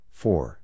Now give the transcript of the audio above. four